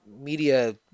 media